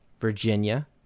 Virginia